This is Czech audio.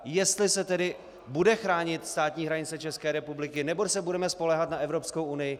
Jestli se tedy bude chránit státní hranice České republiky, nebo se budeme spoléhat na Evropskou unii?